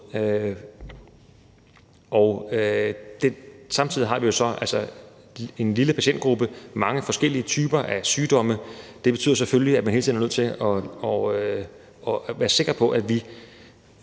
Samtidig har vi jo så en lille patientgruppe med mange forskellige typer af sygdomme, og det betyder selvfølgelig, at man hele tiden er nødt til at være sikker på, at vi